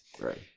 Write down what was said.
Right